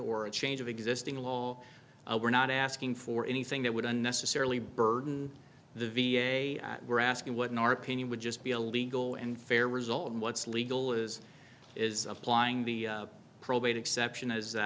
or a change of existing law we're not asking for anything that would unnecessarily burden the v a we're asking what in our opinion would just be a legal and fair result and what's legal is is applying the probate exception as